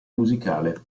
musicale